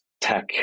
tech